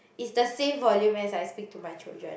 is the same volume as I speak to my children